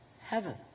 Heaven